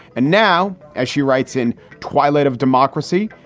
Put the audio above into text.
and now, as she writes in twilight of democracy,